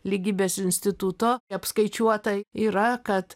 lygybės instituto apskaičiuota yra kad